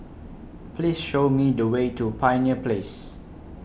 Please Show Me The Way to Pioneer Place